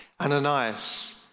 Ananias